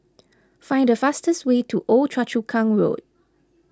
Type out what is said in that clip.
find the fastest way to Old Choa Chu Kang Road